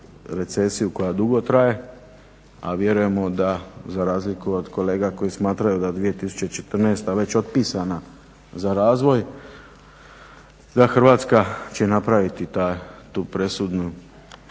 recesiju koja dugo traje, a vjerujemo da za razliku od kolega koji smatraju da je 2014. već otpisana za razvoj, da Hrvatska će napraviti tu presudnu